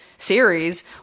series